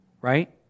right